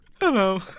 Hello